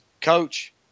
coach